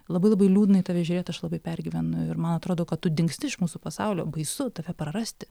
labai labai liūdna į tave žiūrėt aš labai pergyvenu ir man atrodo kad tu dingsti iš mūsų pasaulio baisu tave prarasti